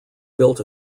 built